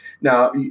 Now